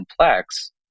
complex